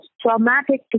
traumatic